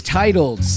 titled